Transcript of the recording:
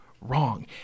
wrong